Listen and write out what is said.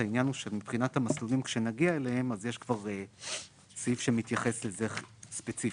אבל מבחינת המסלולים כשנגיע אליהם יש סעיף שמתייחס לזה ספציפית.